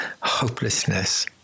hopelessness